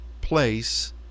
place